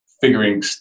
figuring